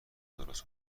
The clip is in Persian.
درست